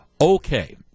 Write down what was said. Okay